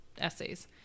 essays